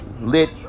lit